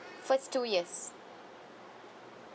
first two years